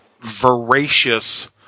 voracious